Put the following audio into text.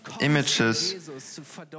images